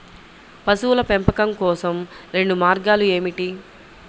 పశువుల పెంపకం కోసం రెండు మార్గాలు ఏమిటీ?